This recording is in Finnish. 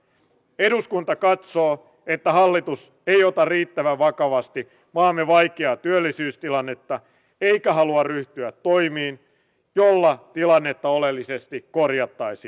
eduskunta katsoo että hallitus ei ota riittävän vakavasti maamme vaikeaa työllisyystilannetta eikä halua ryhtyä toimiin joilla tilannetta oleellisesti korjattaisiin